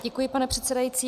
Děkuji, pane předsedající.